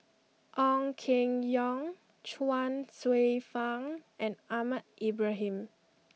Ong Keng Yong Chuang Hsueh Fang and Ahmad Ibrahim